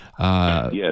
Yes